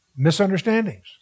misunderstandings